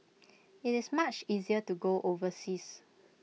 IT is much easier to go overseas